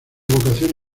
vocación